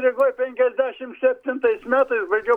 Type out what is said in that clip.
rygoj penkiasdešim septintais metais baigiau